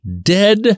dead